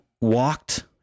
walked